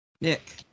nick